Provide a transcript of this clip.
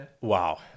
Wow